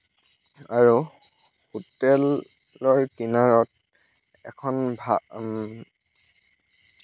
আৰু হোটেলৰ কিনাৰত এখন ভা